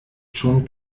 schon